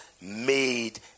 made